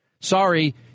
Sorry